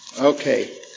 Okay